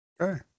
Okay